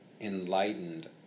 enlightened